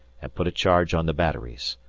and put a charge on the batteries.